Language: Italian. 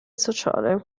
sociale